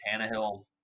Tannehill